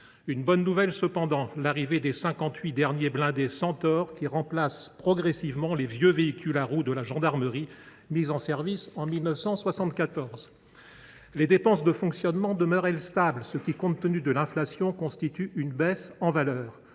une bonne nouvelle : l’arrivée des cinquante huit derniers blindés Centaure, qui remplacent progressivement les vieux véhicules à roues de la gendarmerie, mis en service en 1974. Les dépenses de fonctionnement demeurent stables, ce qui, compte tenu de l’inflation, constitue une baisse en valeur.